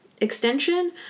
extension